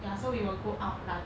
ya so we will go out like